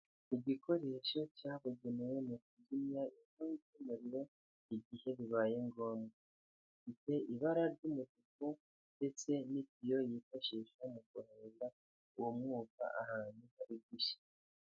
Igikoresho cyabugenewe mu kuzimya inkongi y'umuriro igihe bibaye ngombwa, gifite ibara ry'umutuku ndetse n'itiyo yifashisha mu kohereza uwo mwuka ahantu hari gushya.